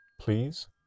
please